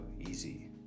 easy